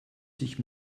sich